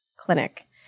clinic